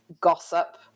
gossip